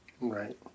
Right